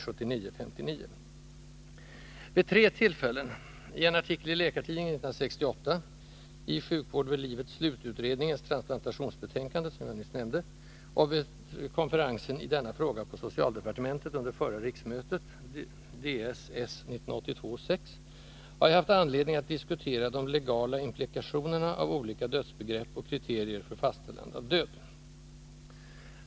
Vid tre tillfällen, i en artikel i Läkartidningen 1968, i utredningens om sjukvård vid livets slut nyss nämnda transplantationsbetänkande och vid konferensen i denna fråga på socialdepartementet under förra riksmötet , har jag haft anledning att diskutera de legala implikationerna av olika dödsbegrepp och kriterier för fastställande av död.